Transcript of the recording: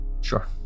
Sure